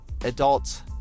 adults